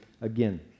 again